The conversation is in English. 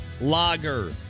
Lager